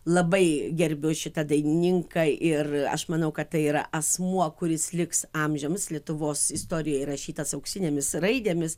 labai gerbiu šitą dainininką ir aš manau kad tai yra asmuo kuris liks amžiams lietuvos istorijoj įrašytas auksinėmis raidėmis